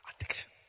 addiction